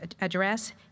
address